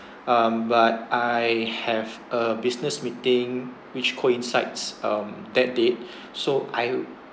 um but I have a business meeting which coincides um that date so I'll